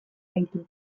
gaitu